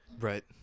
Right